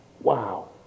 Wow